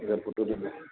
এইবাৰ ভোটো দিলোঁ